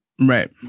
Right